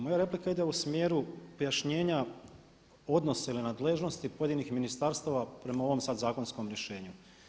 Moja replika ide u smjeru pojašnjenja odnosa ili nadležnosti pojedinih ministarstava prema ovom sad zakonskom rješenju.